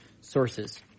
sources